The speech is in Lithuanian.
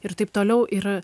ir taip toliau ir